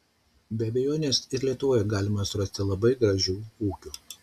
be abejonės ir lietuvoje galima surasti labai gražių ūkių